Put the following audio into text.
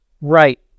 Right